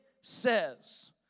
says